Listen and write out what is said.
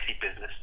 business